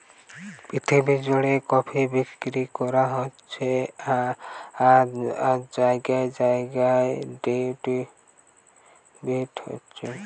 পৃথিবী জুড়ে কফি বিক্রি করা হচ্ছে আর জাগায় জাগায় ডিস্ট্রিবিউট হচ্ছে